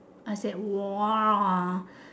I said !wah!